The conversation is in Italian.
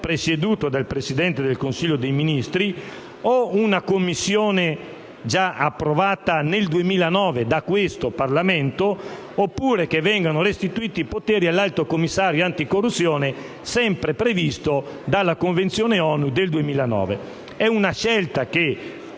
presieduto dal Presidente del Consiglio dei ministri, una Commissione già approvata nel 2009 da questo Parlamento, oppure che vengono restituiti i poteri all'Alto commissario anticorruzione, sempre previsto dalla Convenzione ONU del 2009. È una scelta che